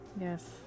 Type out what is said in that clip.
Yes